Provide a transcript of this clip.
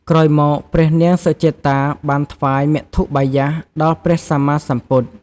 ក្រោយមក ព្រះនាងសុជាតា បានថ្វាយមធុបាយាសដល់ព្រះសម្មាសម្ពុទ្ធ។